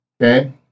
Okay